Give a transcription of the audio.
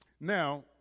Now